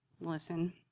listen